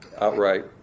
outright